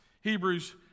Hebrews